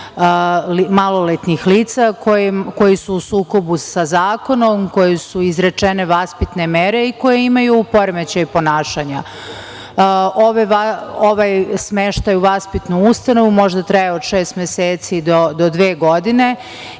maloletnih lica koja su u sukobu sa zakonom, kojima su izrečene vaspitne mere i koja imaju poremećaj ponašanja. Ovaj smeštaj u vaspitnu ustanovu može da traje od šest meseci do dve godine